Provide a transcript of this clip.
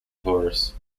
taurus